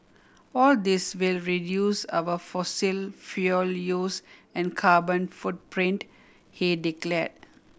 all this will reduce our fossil fuel use and carbon footprint he declared